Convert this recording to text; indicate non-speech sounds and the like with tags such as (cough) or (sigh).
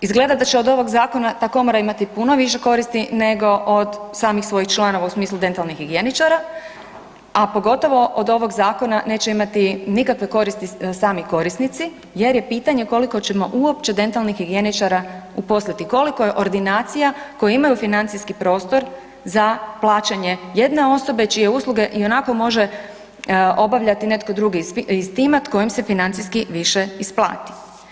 Izgleda da će ovo zakona ta komora imati puno više koristi nego od samih svojih članova u smislu dentalnih higijeničara a pogotovo od ovog zakona neće imati nikakve koristi sami korisnici jer je pitanje koliko ćemo uopće dentalnih higijeničara uposliti, koliko je ordinacija koje imaju financijski prostor za plaćanje jedne osobe čije usluge ionako može obavljati netko drugi ... (unintelligible) koje se financijski više isplati.